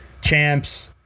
champs